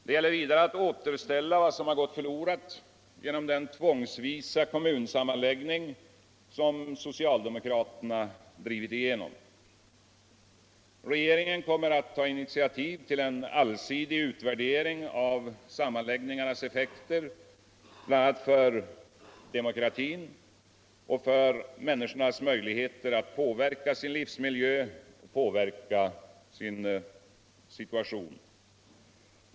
Det giller vidare att återställa vad som har gått förlorat genom den tvängsvisa kommunsammanläggning som socialdemokraterna drivin igenom. Regeringen kommer att ta initviativ tll en allsidig utvärdering av sammanläggningarnas effekter bl.a. för demokratin och för människornas möjligheter att påverka sin livsmiljö. påverka sin situation.